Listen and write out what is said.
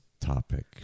topic